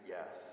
Yes